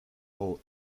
coa